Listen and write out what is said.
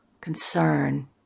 concern